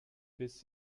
biss